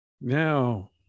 Now